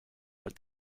but